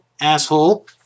asshole